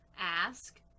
ask